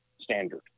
standard